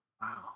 wow